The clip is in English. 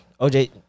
OJ